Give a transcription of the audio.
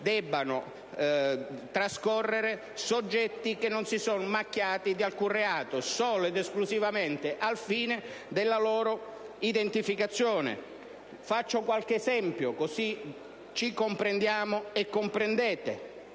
in questione soggetti che non si sono macchiati di alcun reato, solo ed esclusivamente al fine della loro identificazione. Faccio qualche esempio, così ci comprendiamo e comprendete.